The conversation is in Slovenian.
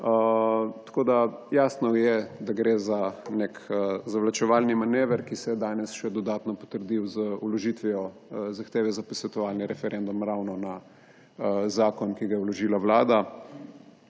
bolje. Jasno je, da gre za nek zavlačevalni manever, ki se je danes še dodatno potrdil z vložitvijo zahteve za posvetovalni referendum ravno na zakon, ki ga je vložila vlada.